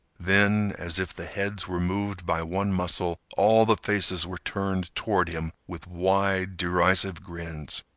then, as if the heads were moved by one muscle, all the faces were turned toward him with wide, derisive grins.